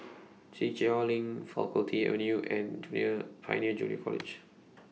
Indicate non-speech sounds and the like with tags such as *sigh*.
*noise* Kiichener LINK Faculty Avenue and *noise* near Pioneer Junior College